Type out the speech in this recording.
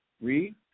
Read